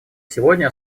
сегодня